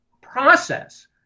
process